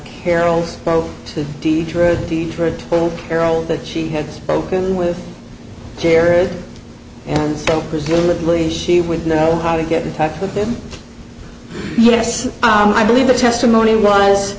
carol that she had spoken with jared and so presumably she would know how to get in touch with him yes i believe the testimony was